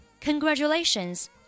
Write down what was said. Congratulations